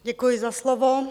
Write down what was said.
Děkuji za slovo.